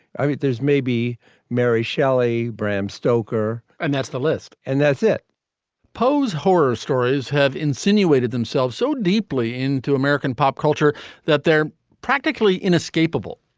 i mean there's maybe mary shelley bram stoker and that's the list and that's it poe's horror stories have insinuated themselves so deeply into american pop culture that they're practically inescapable.